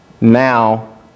now